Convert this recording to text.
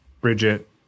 Bridget